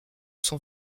son